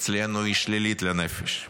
אצלנו לנפש שלילית.